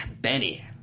Benny